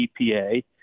EPA